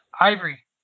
Ivory